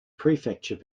prefecture